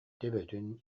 төбөтүн